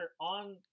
on